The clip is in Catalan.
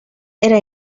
era